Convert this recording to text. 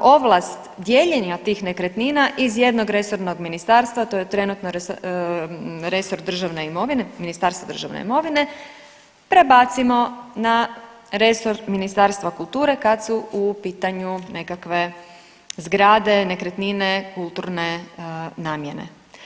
ovlast dijeljenja tih nekretnina iz jednog resornog ministarstva, to je trenutno resor državne imovine, Ministarstvo državne imovine prebacimo na resor Ministarstva kulture kad su u pitanju nekakve zgrade, nekretnine kulturne namjene.